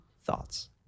thoughts